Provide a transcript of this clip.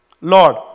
Lord